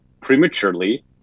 prematurely